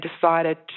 decided